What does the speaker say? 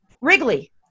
Wrigley